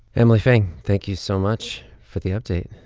emily feng, thank you so much for the update